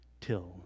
till